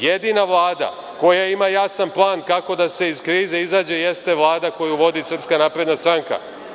Jedina Vlada koja ima jasan plan kako da se iz krize izađe jeste Vlada koju vodi Srpska napredna stranka.